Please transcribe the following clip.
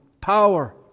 power